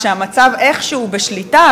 כשהמצב איכשהו בשליטה,